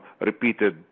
repeated